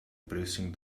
pressing